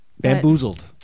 bamboozled